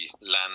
land